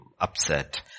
upset